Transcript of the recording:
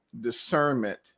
discernment